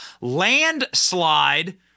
landslide